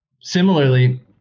Similarly